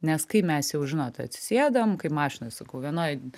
nes kai mes jau žinot atsisėdam kai mašinoj sakau vienoj